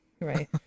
right